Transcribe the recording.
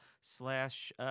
slash